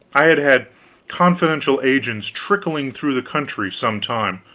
i had had confidential agents trickling through the country some time,